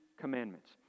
commandments